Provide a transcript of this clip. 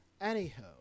Anyhow